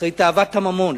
אחרי תאוות הממון,